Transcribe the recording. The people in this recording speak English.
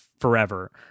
forever